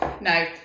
no